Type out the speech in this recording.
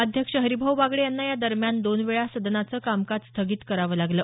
अध्यक्ष हरिभाऊ बागडे यांना या दरम्यान दोन वेळा सदनाचं कामकाज स्थगित करावं लागलं